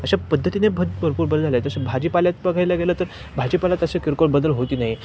अशा पद्धतीने भद भरपूर बदल झाले आहे जसे भाजीपाल्यात बघायला गेलं तर भाजीपाल्यात असे किरकोळ बदल होत नाही